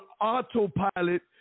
autopilot